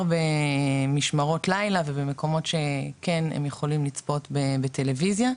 במשמרות לילה ובמקומות שכן הם יכולים לצפות בטלוויזיה,